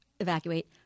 evacuate